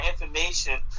information